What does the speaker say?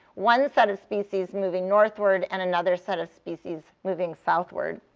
one set of species moving northward and another set of species moving southward.